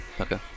Okay